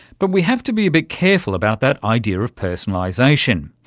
but we have to be a bit careful about that idea of personalisation.